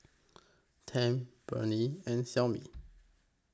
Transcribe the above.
Tempt Burnie and Xiaomi